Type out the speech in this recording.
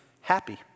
happy